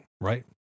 right